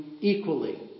equally